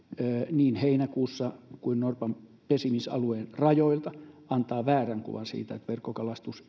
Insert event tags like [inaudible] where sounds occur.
niin heinäkuussa kuin norpan pesimisalueen rajoilta antaa väärän kuvan siitä että verkkokalastus [unintelligible]